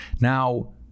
Now